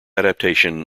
adaptation